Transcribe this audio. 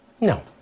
No